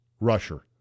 rusher